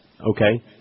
Okay